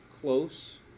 close